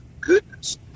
goodness